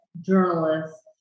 journalists